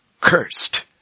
cursed